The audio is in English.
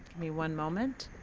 me one moment.